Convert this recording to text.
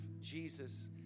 Jesus